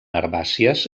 herbàcies